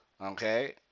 Okay